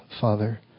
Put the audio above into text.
Father